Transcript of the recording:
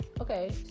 okay